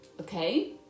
Okay